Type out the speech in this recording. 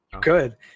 good